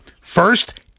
First